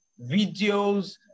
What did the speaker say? videos